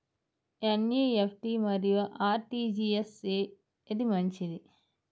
NEFT మరియు RTGS ఏది మంచిది?